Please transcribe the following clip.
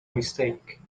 mistake